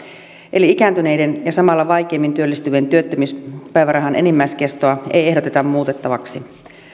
eli ikääntyneiden ja samalla vaikeimmin työllistyvien työttömyyspäivärahan enimmäiskestoa ei ehdoteta muutettavaksi